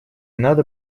надо